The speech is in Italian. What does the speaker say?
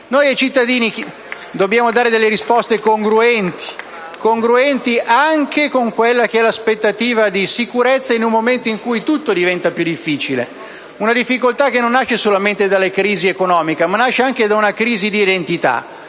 Ai cittadini dobbiamo dare risposte congruenti anche rispetto all'aspettativa di sicurezza, in un momento in cui tutto diventa più difficile; una difficoltà che non nasce solamente dalla crisi economica, ma anche da una crisi di identità,